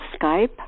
Skype